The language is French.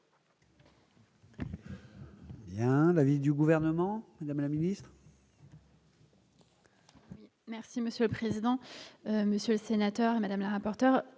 A l'avis du gouvernement, Madame la Ministre. Merci monsieur le président, Monsieur le Sénateur, Madame le rapporteur